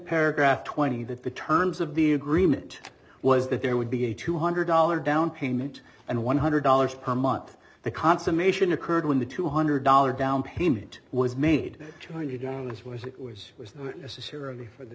paragraph twenty that the terms of the agreement was that there would be a two hundred dollars down payment and one hundred dollars per month the consummation occurred when the two hundred dollars down payment was made two hundred dollars was it was necessary for the